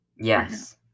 Yes